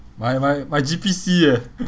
my my my G_P C eh